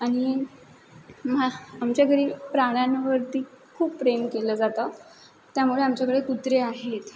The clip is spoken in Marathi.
आणि मा आमच्या घरी प्राण्यांवरती खूप प्रेम केलं जातं त्यामुळे आमच्याकडे कुत्रे आहेत